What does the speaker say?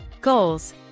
goals